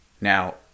Now